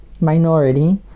Minority